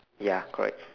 ya correct